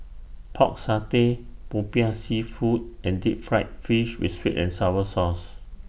Pork Satay Popiah Seafood and Deep Fried Fish with Sweet and Sour Sauce